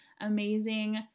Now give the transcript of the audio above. amazing